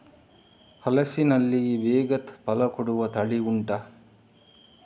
ಹಲಸಿನಲ್ಲಿ ಬೇಗ ಫಲ ಕೊಡುವ ತಳಿ ಉಂಟಾ